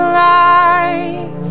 life